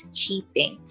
cheating